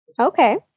Okay